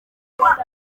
nkunda